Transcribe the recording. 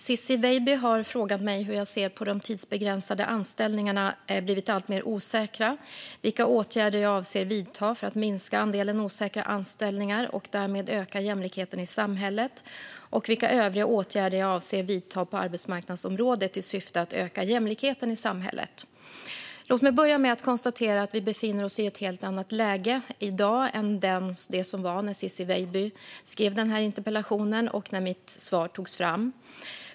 Fru talman! har frågat mig hur jag ser på att de tidsbegränsade anställningarna blivit alltmer osäkra, vilka åtgärder jag avser att vidta för att minska andelen osäkra anställningar och därmed öka jämlikheten i samhället och vilka övriga åtgärder jag avser att vidta på arbetsmarknadsområdet i syfte att öka jämlikheten i samhället. Låt mig börja med att konstatera att vi befinner oss i ett helt annat läge i dag än det som rådde när Ciczie Weidby skrev interpellationen och när mitt svar togs fram.